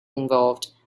involved